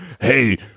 Hey